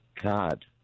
God